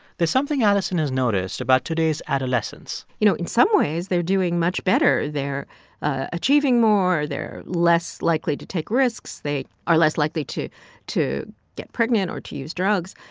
there's something alison has noticed about today's adolescence you know, in some ways, they're doing much better. they're achieving more, they're less likely to take risks, they are less likely to to get pregnant or to use drugs.